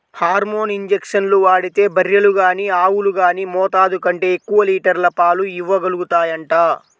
hormone ఇంజక్షన్లు వాడితే బర్రెలు గానీ ఆవులు గానీ మోతాదు కంటే ఎక్కువ లీటర్ల పాలు ఇవ్వగలుగుతాయంట